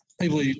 people